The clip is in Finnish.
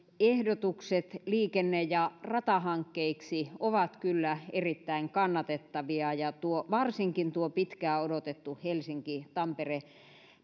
ehdotukset liikenne ja ratahankkeiksi ovat kyllä erittäin kannatettavia varsinkin tuo pitkään odotettu helsinki tampere